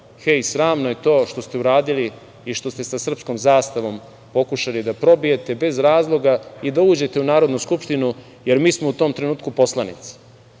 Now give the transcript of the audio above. hej, sramno je to što ste uradili i što ste sa srpskom zastavom pokušali da probijete bez razloga i da uđete u Narodnu skupštinu, jer mi smo u tom trenutku poslanici.